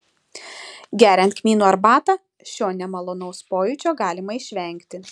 geriant kmynų arbatą šio nemalonaus pojūčio galima išvengti